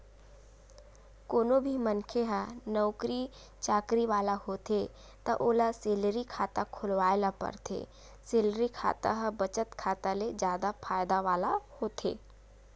कोनो भी मनखे ह नउकरी चाकरी वाला होथे त ओला सेलरी खाता खोलवाए ल परथे, सेलरी खाता ह बचत खाता ले जादा फायदा वाला होथे